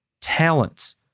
talents